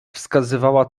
wskazywała